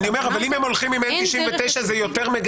אין דרך --- אם הם הולכים עם N99 זה יותר מגן